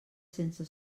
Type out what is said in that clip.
sense